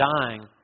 dying